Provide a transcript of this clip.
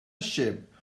ship